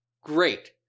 great